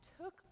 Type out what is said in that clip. took